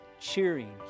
cheering